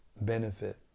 benefit